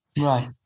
Right